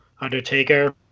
Undertaker